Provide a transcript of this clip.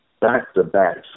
back-to-back